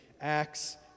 acts